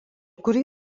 kurį